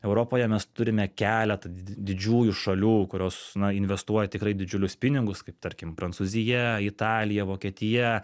europoje mes turime keletą didžiųjų šalių kurios na investuoja tikrai didžiulius pinigus kaip tarkim prancūzija italija vokietija